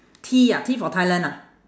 T ah T for thailand ah